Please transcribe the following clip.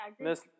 Miss